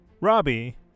Robbie